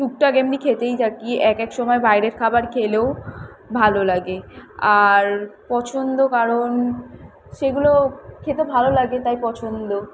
টুকটাক এমনি খেতেই থাকি এক এক সময় বাইরের খাবার খেলেও ভালো লাগে আর পছন্দ কারন সেগুলো খেতে ভালো লাগে তাই পছন্দ